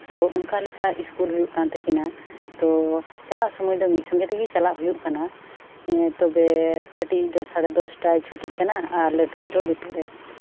ᱛᱳ ᱚᱱᱠᱟ ᱞᱮᱠᱟ ᱤᱥᱠᱩᱞ ᱦᱩᱭᱩᱜ ᱠᱟᱱ ᱛᱟᱹᱠᱤᱱᱟ ᱛᱳ ᱪᱟᱞᱟᱜ ᱥᱚᱢᱚᱭ ᱫᱚ ᱢᱤᱫ ᱥᱚᱝᱜᱮ ᱪᱟᱞᱟᱜ ᱠᱟᱱᱟ ᱦᱮᱸ ᱛᱚᱵᱮ ᱠᱟᱹᱴᱤᱡ ᱤᱡ ᱫᱚ ᱥᱟᱲᱮ ᱫᱚᱥᱴᱟᱭ ᱪᱷᱩᱴᱤᱜ ᱠᱟᱱᱟ ᱟᱨ ᱞᱟᱹᱴᱩᱭᱤᱡ ᱫᱚ ᱫᱩᱴᱳᱨᱮ